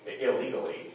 illegally